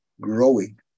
growing